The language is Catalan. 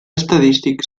estadístic